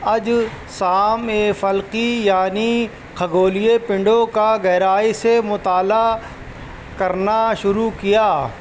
اجسامِ فلکی یعنی کھگولیے پنڈوں کا گہرائی سے مطالعہ کرنا شروع کیا